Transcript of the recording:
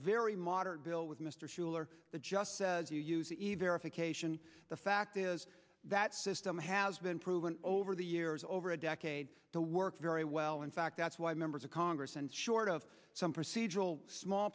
very modern bill with mr schuler the just as you use even if occasion the fact is that system has been proven over the years over a decade to work very well in fact that's why members of congress and short of some procedural small